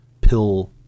pill